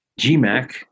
GMAC